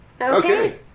Okay